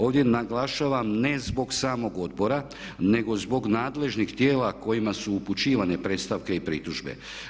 Ovdje naglašavam ne zbog samog odbora nego zbog nadležnih tijela kojima su upućivane predstavke i pritužbe.